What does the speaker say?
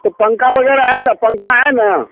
तो पंखा वगैर है ना पंखा है ना